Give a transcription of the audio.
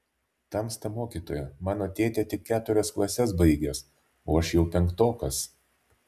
tamsta mokytoja mano tėtė tik keturias klases baigęs o aš jau penktokas